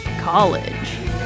college